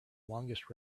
longest